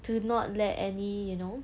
to not let any you know